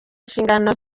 inshingano